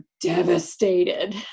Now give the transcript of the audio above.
devastated